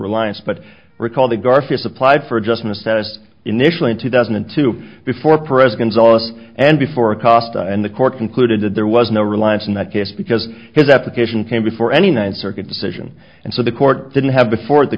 reliance but recall the garfield's applied for adjustment says initially in two thousand and two before president's office and before acosta and the court concluded that there was no reliance in that case because his application came before any ninth circuit decision and so the court didn't have before the